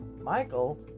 Michael